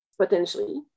potentially